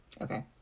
Okay